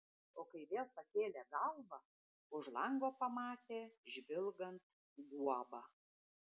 o kai vėl pakėlė galvą už lango pamatė žvilgant guobą